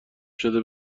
شده